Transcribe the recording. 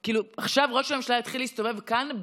עכשיו ראש הממשלה יתחיל להסתובב גם כאן,